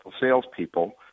salespeople